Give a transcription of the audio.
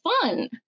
fun